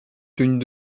tenue